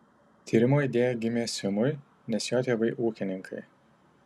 tyrimo idėja gimė simui nes jo tėvai ūkininkai